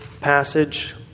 passage